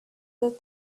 that